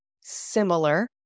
similar